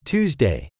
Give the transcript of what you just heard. Tuesday